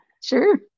Sure